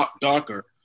darker